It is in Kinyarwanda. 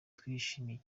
twishimye